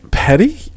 Petty